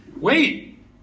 wait